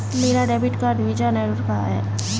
मेरा debit card Visa network का है